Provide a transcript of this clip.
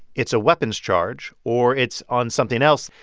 it's a weapons charge or it's on something else.